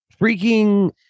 Freaking